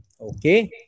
Okay